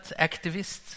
activist